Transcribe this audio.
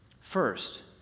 First